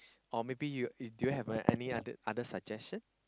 or maybe you do you have any any other other suggestion